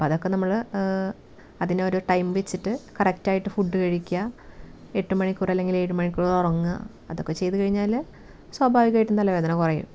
അപ്പം അതൊക്കെ നമ്മള് അതിനോരോ ടൈം വെച്ചിട്ട് കറക്റ്റായിട്ട് ഫുഡ്ഡ് കഴിക്കുക് എട്ട് മണിക്കൂറല്ലങ്കിലേഴ് മണിക്കൂർ ഉറങ്ങുക അതൊക്കെ ചെയ്തുകഴിഞ്ഞാല് സ്വഭാവികമായിട്ട് തലവേദന കുറയും